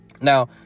Now